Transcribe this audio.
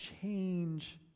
change